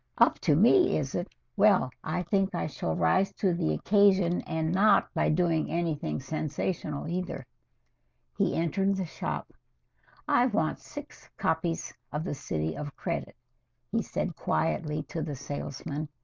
up to me is it well. i think i shall rise to the occasion and not by doing anything sensational either he entered the shop i want six copies of the city of credit he said quietly to the salesman?